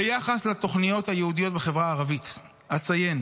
ביחס לתוכניות הייעודיות בחברה הערבית אציין